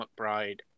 McBride